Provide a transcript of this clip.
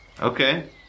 Okay